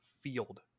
field